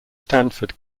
stanford